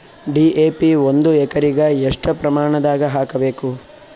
DAP ಒಂದು ಎಕರಿಗ ಎಷ್ಟ ಪ್ರಮಾಣದಾಗ ಹಾಕಬೇಕು?